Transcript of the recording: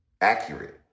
accurate